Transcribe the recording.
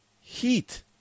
heat